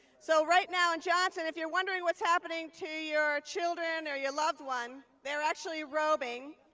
so, right now in johnson, if you're wondering what's happening to your children, or your loved one, they're actually robing.